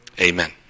Amen